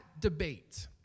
debate